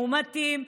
מאומתים,